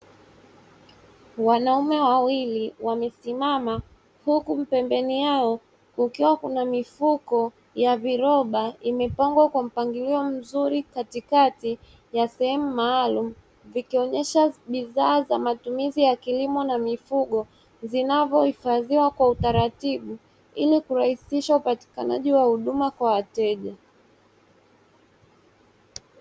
Wanaume wawili wamesimama huku pembeni yao kukiwa na mifuko ya viroba imepangwa kwa mpangilio mzuri katikati ya sehemu maalumu, vikionyesha bidhaa za matumizi ya kilimo na mifugo zinavyohifadhiwa kwa utaratibu, ili kurahisisha upatikanaji wa huduma kwa wateja.